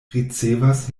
ricevas